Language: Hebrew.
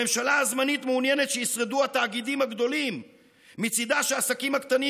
ומאפשרים גם לתאגידים הפרטיים לעשות כך,